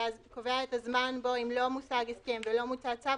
זה קובע את הזמן בו אם לא מושג הסכם ולא מוצא צו,